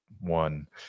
one